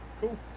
Cool